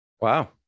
Wow